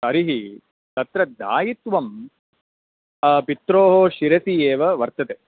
तर्हि तत्र दायित्वं पितुः शिरसि एव वर्तते